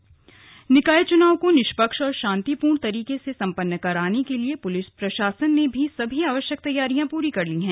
police तैयारियां निकाय चुनाव को निष्पक्ष और शांतिपूर्ण तरीके से संपन्न कराने के लिए पुलिस प्रशासन ने भी सभी आवश्यक तैयारियां पूरी कर ली है